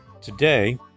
Today